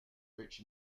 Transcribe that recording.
rich